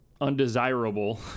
undesirable